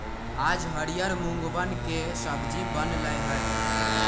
आज हरियर मूँगवन के सब्जी बन लय है